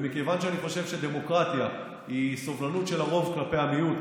מכיוון שאני חושב שדמוקרטיה היא סובלנות של הרוב כלפי המיעוט,